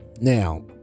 Now